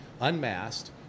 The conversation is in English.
unmasked